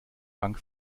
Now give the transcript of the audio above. bank